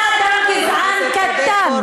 בבקשה, גברתי,